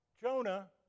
Jonah